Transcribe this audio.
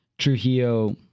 Trujillo